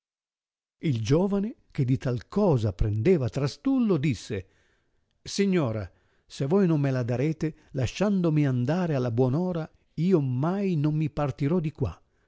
il giovane che di tal cosa prendeva trastullo disse signora se voi non me la darete lasciandomi andare alla buon ora io mai non mi partirò di qua